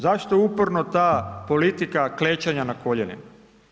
Zašto uporno ta politika klečanja na koljenima?